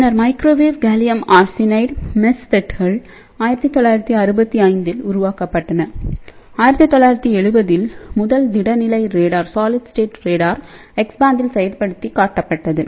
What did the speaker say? பின்னர் microwave gallium arsenide மெஸ்ஃபெட்டுகள் 1965 இல் உருவாக்கப்பட்டன 1970 இல் முதல் திட நிலை ரேடார் எக்ஸ் பேண்டில்செயல்படுத்தி காட்டப்பட்டது